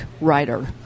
writer